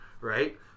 right